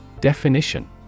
Definition